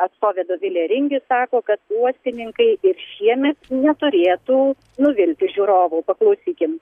atstovė dovilė ringis sako kad uostininkai ir šiemet neturėtų nuvilti žiūrovų paklausykim